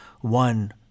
one